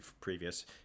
previous